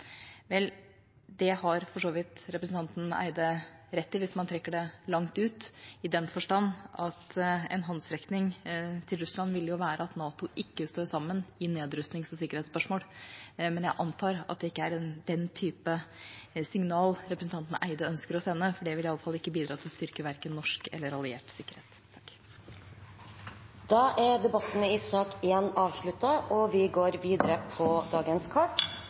Det har representanten Eide for så vidt rett i hvis man trekker det langt, i den forstand at det vil være en håndsrekning til Russland at NATO ikke står sammen i nedrustnings- og sikkerhetsspørsmål. Men jeg antar at det ikke er den typen signal representanten Eide ønsker å sende, for det vil i alle fall ikke bidra til å styrke verken norsk eller alliert sikkerhet. Flere har ikke bedt om ordet til sak